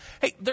Hey